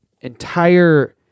entire